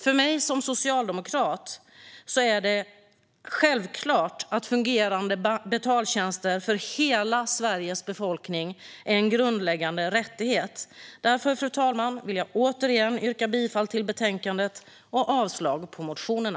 För mig som socialdemokrat är det självklart att fungerande betaltjänster för hela Sveriges befolkning är en grundläggande rättighet. Därför, fru talman, vill jag återigen yrka bifall till utskottets förslag i betänkandet och avslag på motionerna.